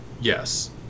yes